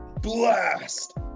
blast